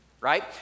right